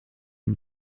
une